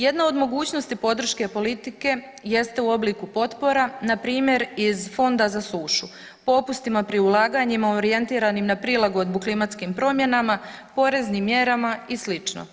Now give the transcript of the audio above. Jedna od mogućnosti podrške politike jeste u obliku potpora, npr. iz Fonda za sušu, popustima pri ulaganjima u orijentiranim na prilagodbu klimatskim promjenama, poreznim mjerama i slično.